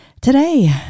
Today